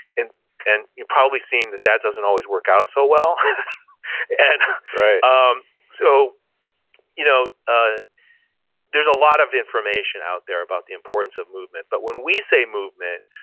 and and you've probably seen that, that doesn't always work out so well and um so you know ah there's a lot of information out there about the importance of movement. but when we say movement,